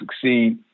succeed